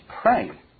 pray